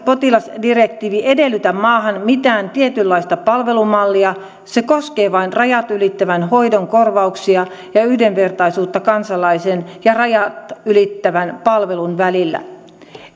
potilasdirektiivi edellytä maahan mitään tietynlaista palvelumallia se koskee vain rajat ylittävän hoidon korvauksia ja yhdenvertaisuutta kansalaisen ja rajat ylittävän palvelun välillä